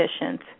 efficient